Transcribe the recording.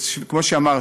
כמו שאמרתי,